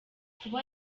kuba